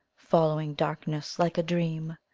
following darkness like a dream,